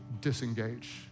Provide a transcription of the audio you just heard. disengage